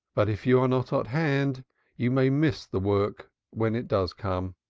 but if you are not at hand you may miss the work when it does come.